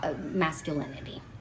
masculinity